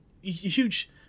Huge